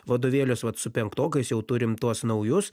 vadovėlius vat su penktokais jau turim tuos naujus